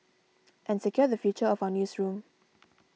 and secure the future of our newsroom